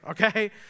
okay